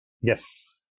yes